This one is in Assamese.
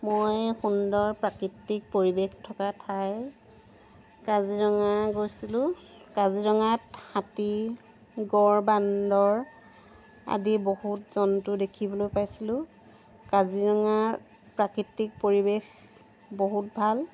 মই সুন্দৰ প্ৰাকৃতিক পৰিৱেশ থকা ঠাই কাজিৰঙা গৈছিলোঁ কাজিৰঙাত হাতী গড় বান্দৰ আদি বহুত জন্তু দেখিবলৈ পাইছিলোঁ কাজিৰঙাৰ প্ৰাকৃতিক পৰিৱেশ বহুত ভাল